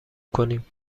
کنیم